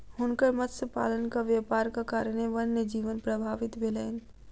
हुनकर मत्स्य पालनक व्यापारक कारणेँ वन्य जीवन प्रभावित भेलैन